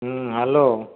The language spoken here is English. hello